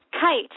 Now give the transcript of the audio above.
kite